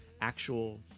actual